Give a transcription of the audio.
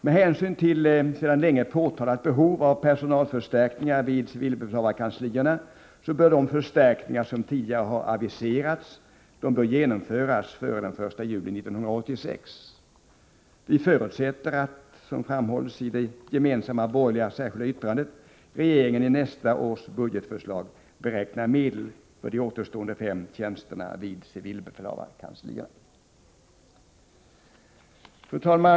Med hänsyn till sedan länge påtalat behov av personalförstärkningar vid civilbefälhavarkanslierna bör de förstärkningar som tidigare aviserats genomföras före den 1 juli 1986. Vi förutsätter att, som framhålls i det gemensamma borgerliga särskilda yttrandet, regeringen i nästa års budgetförslag beräknar medel för de återstående fem tjänsterna vid civilbefälhavarkanslierna. Fru talman!